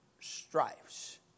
strifes